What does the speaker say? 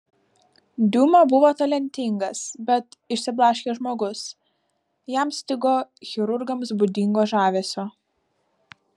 diuma buvo talentingas bet išsiblaškęs žmogus jam stigo chirurgams būdingo žavesio